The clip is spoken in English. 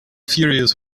furious